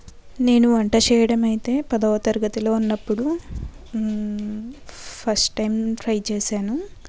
నేను వంట చేయడం అయితే పదో తరగతిలో ఉన్నప్పుడు ఫస్ట్ టైం ట్రై చేశాను